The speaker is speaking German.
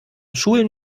schulen